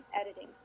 editing